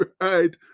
right